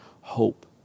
hope